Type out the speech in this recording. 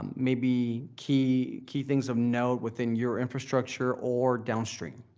um maybe key key things of note within your infrastructure or downstream.